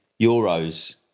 Euros